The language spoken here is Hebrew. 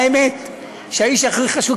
האמת היא שהאיש הכי חשוב,